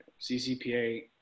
CCPA